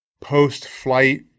post-flight